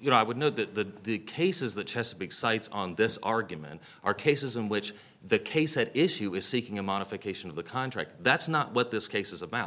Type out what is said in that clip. you know i would know that the the cases the chesapeake cites on this argument are cases in which the case at issue is seeking a modification of the contract that's not what this case is abou